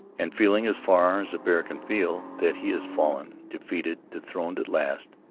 and feeling, as far as a bear can feel, that he is fallen, defeated, dethroned at last,